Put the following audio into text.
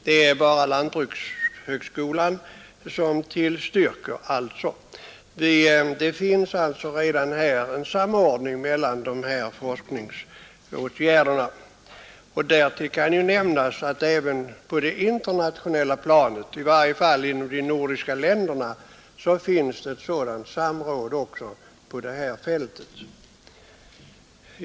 Det förekommer alltså redan en samordning mellan forskningsåtgärderna. Därtill kan nämnas att det även på det internationella planet, i varje fall inom de nordiska länderna, finns ett sådant samråd.